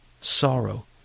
sorrow